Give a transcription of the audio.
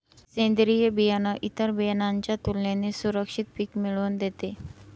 सेंद्रीय बियाणं इतर बियाणांच्या तुलनेने सुरक्षित पिक मिळवून देते